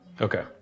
Okay